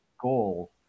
goal